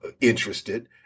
interested